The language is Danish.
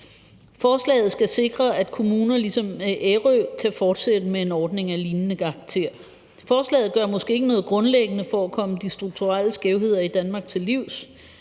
Forslaget skal sikre, at kommuner ligesom Ærø Kommune kan fortsætte med en ordning af lignende karakter. Forslaget gør måske ikke noget grundlæggende for at komme de strukturelle skævheder i Danmark til livs